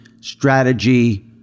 strategy